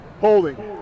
Holding